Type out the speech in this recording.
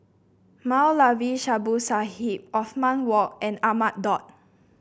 Moulavi Babu Sahib Othman Wok and Ahmad Daud